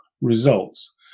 results